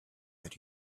that